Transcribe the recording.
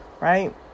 right